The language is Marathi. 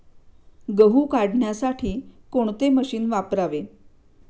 गहू काढण्यासाठी कोणते मशीन वापरावे?